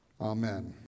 Amen